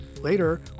Later